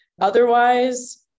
Otherwise